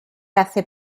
hace